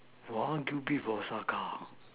wagyu beef Osaka